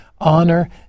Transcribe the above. honor